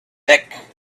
thick